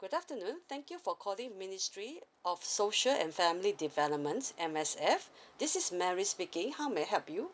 good afternoon thank you for calling ministry of social and family developments M_S_F this is mary speaking how may I help you